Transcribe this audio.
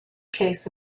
case